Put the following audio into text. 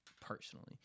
personally